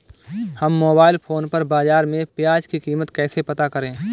हम mobile phone पर बाज़ार में प्याज़ की कीमत कैसे पता करें?